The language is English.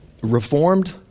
Reformed